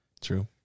True